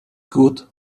good